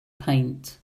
paint